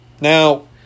Now